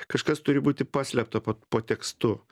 kažkas turi būti paslėpta po po tekstu